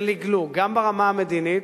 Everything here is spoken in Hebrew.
של לגלוג גם ברמה המדינית,